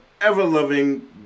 ever-loving